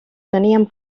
teníem